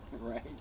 Right